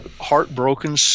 heartbroken